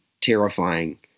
terrifying